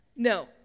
No